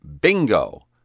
bingo